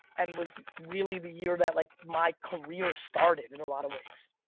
and was really the year that like my career started in a lot of ways.